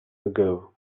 ago